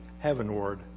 heavenward